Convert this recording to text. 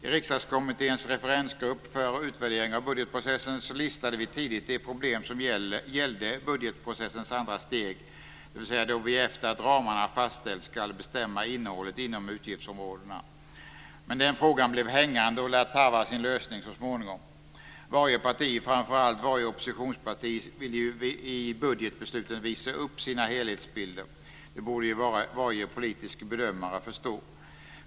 I Riksdagskommitténs referensgrupp för utvärdering av budgetprocessen listade vi tidigt de problem som gällde budgetprocessens andra steg, dvs. då vi efter att ramarna fastställts ska bestämma innehållet inom utgiftsområdena, men den frågan blev hängande och lär tarva sin lösning så småningom. Varje parti, framför allt varje oppositionsparti, vill ju i budgetbesluten visa upp sina helhetsbilder. Det borde ju varje politisk bedömare förstå.